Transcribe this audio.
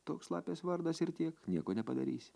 toks lapės vardas ir tiek nieko nepadarysi